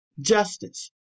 Justice